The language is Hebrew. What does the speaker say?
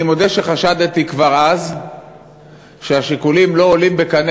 אני מודה שחשדתי כבר אז שהשיקולים לא עולים בקנה